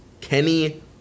Kenny